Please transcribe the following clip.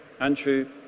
Andrew